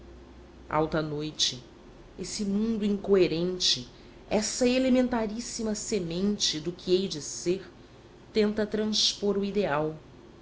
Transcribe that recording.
alta noite esse mundo incoerente essa elementaríssima semente do que hei de ser tenta transpor o ideal